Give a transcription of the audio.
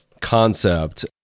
concept